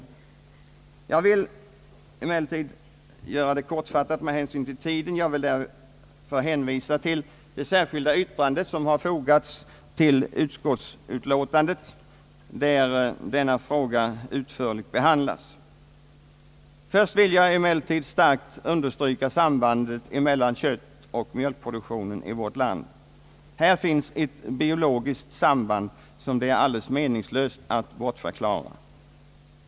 Med hänsyn till tiden vill jag göra det kortfattat. Jag vill därvid hänvisa till det särskilda yttrande som har fogats till utskottsutlåtandet, där denna fråga utförligt behandlats. Först vill jag starkt understryka sambandet mellan köttoch mjölkproduktionen i vårt land. Här finns ett biologiskt samband som det är alldeles meningslöst att försöka bortförklara.